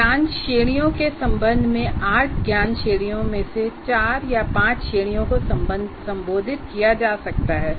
ज्ञान श्रेणियों के संबंध में भी 8 ज्ञान श्रेणियों में से 4 5 श्रेणियों को संबोधित किया जा सकता है